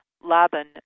Laban